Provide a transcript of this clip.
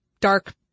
dark